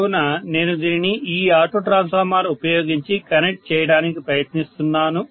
కావున నేను దీనిని ఈ ఆటో ట్రాన్స్ఫార్మర్ ఉపయోగించి కనెక్ట్ చేయడానికి ప్రయత్నిస్తున్నాను